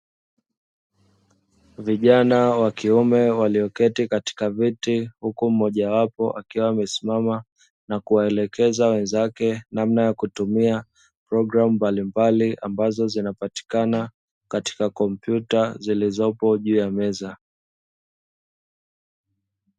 Vijana wa kiume walioketi katika viti, huku mmojawapo akiwa amesimama na kuwaelekeza wenzake namna ya kutumia programu mbalimbali, ambazo zinapatikana katika kompyuta zilizopo juu ya meza.